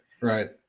Right